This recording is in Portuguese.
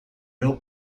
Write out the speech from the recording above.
meu